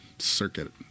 Circuit